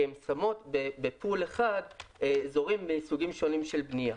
הן שמות ב-pool אחד אזורים מסוגים שונים של בנייה.